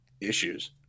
issues